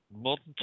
modern